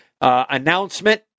announcement